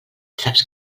saps